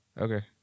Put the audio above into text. Okay